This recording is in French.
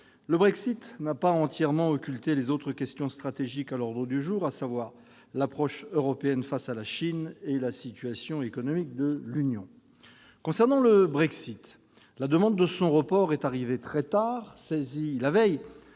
le Brexit n'a pas entièrement occulté les autres questions stratégiques à l'ordre du jour : l'approche européenne face à la Chine et la situation économique de l'Union. Concernant le Brexit, la demande de son report est arrivée très tard. Saisi la veille